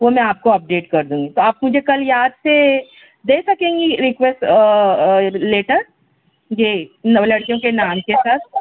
وہ میں آپ کو اپڈیٹ کر دوں گی تو آپ مجھے کل یاد سے دے سکیں گی ریکویسٹ لیٹر جی لڑکیوں کے نام کے ساتھ